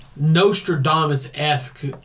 Nostradamus-esque